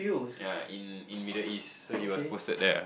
yea in in Middle-East you are posted there